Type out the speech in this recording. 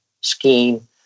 scheme